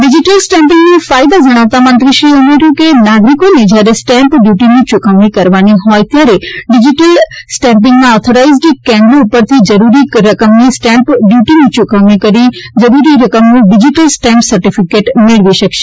digital સ્ટેમ્પીગના ફાયદા જણાવતા મંત્રીશ્રી પટેલે ઉમેર્યુ કે નાગરિકોને જ્યારે સ્ટેમ્પ ડ્રયૂટીની ચુકવણી કરવાની હોય ત્યારે ડિઝીટલ સ્ટેમ્પીંગના ઓથોરાઈઝડ કેન્દ્રો ઉપરથી જરૂરી રકમની સ્ટેમ્પ ડ્રયૂટીની ચુકવણી કરીને જરૂરી રકમનું ડિઝીટલ સ્ટેમ્પ સર્ટીફીકેટ મેળવી શકશે